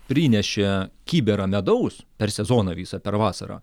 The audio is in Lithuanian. prinešė kibirą medaus per sezoną visą per vasarą